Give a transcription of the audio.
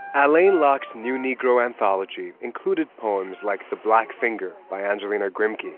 alain locke's new negro anthology included poems like the black finger by angelina grimke,